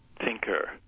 thinker